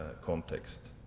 context